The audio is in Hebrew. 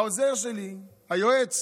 העוזר שלי, היועץ,